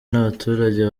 n’abaturage